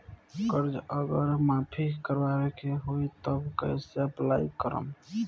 कर्जा अगर माफी करवावे के होई तब कैसे अप्लाई करम?